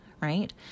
right